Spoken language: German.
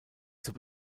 zur